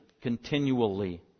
continually